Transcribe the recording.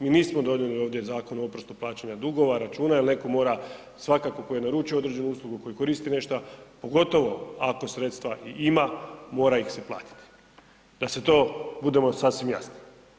Mi nismo donijeli ovdje zakon o oprostu plaćanja dugova, računa ili netko mora, svatko tko je naručio određenu uslugu, tko je koristio nešto, pogotovo ako sredstva i ima, mora ih se platiti da se to, budemo sasvim jasni.